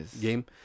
game